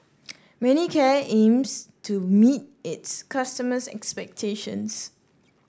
manicare aims to meet its customers' expectations